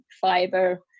fiber